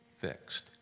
fixed